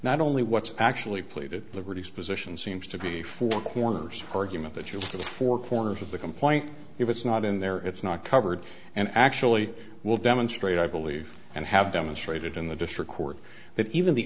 not only what's actually pleaded liberty's position seems to be four corners argument that you're the four corners of the complaint if it's not in there it's not covered and actually will demonstrate i believe and have demonstrated in the district court that even the